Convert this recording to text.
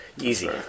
easy